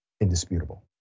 indisputable